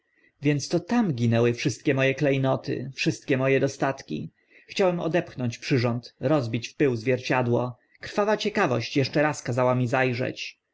więc to tam ginęły wszystkie mo e kle noty wszystkie mo e dostatki chciałem odepchnąć przyrząd rozbić w pył zwierciadło krwawa ciekawość eszcze raz kazała mi za